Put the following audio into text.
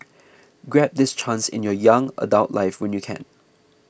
grab this chance in your young adult life when you can